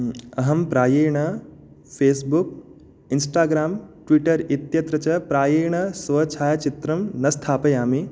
अहं प्रायेण Facebook Instagram Twitter इत्यत्र च प्रायेण स्वछायाचित्रं न स्थापयामि